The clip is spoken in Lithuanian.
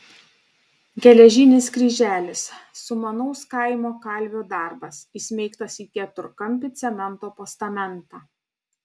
geležinis kryželis sumanaus kaimo kalvio darbas įsmeigtas į keturkampį cemento postamentą